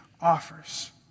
offers